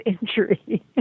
injury